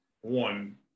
one